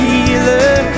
Healer